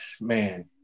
man